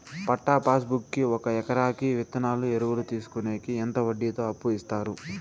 పట్టా passbook కి ఒక ఎకరాకి విత్తనాలు, ఎరువులు తీసుకొనేకి ఎంత వడ్డీతో అప్పు ఇస్తారు?